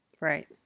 Right